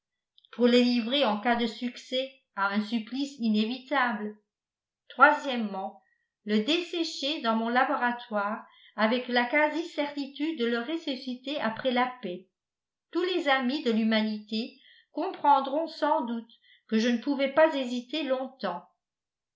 pour le livrer en cas de succès à un supplice inévitable le dessécher dans mon laboratoire avec la quasi certitude de le ressusciter après la paix tous les amis de l'humanité comprendront sans doute que je ne pouvais pas hésiter longtemps